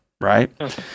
right